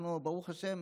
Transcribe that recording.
אנחנו, ברוך השם,